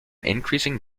increasing